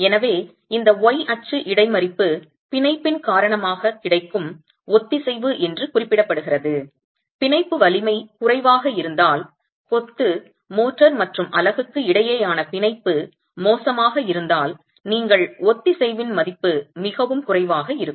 எனவே இந்த y அச்சு இடைமறிப்பு பிணைப்பின் காரணமாக கிடைக்கும் ஒத்திசைவு என்று குறிப்பிடப்படுகிறது பிணைப்பு வலிமை குறைவாக இருந்தால் கொத்து மோட்டார் மற்றும் அலகுக்கு இடையேயான பிணைப்பு மோசமாக இருந்தால் நீங்கள் ஒத்திசைவின் மதிப்பு மிகவும் குறைவாக இருக்கும்